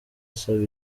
asaba